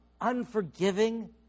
unforgiving